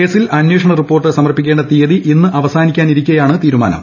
കേസിൽ അന്വേഷണ റിപ്പോർട്ട് സമർപ്പിക്കേണ്ട തീയതി ഇന്ന് അവസാനിക്കാനിരിക്കെയാണ് തീരുമാനം